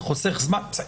זה חוסך זמן.